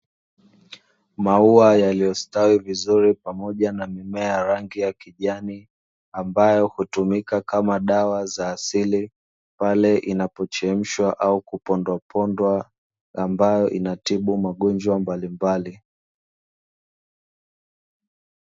Maua yaliyostawi vizuri pamoja na mimea ya rangi ya kijani, ambayo hutumika kama dawa za asili, pale inapochemshwa au kupondwapondwa, ambayo inatibu magonjwa mbalimbali.